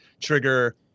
trigger